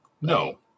No